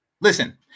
Listen